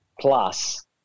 plus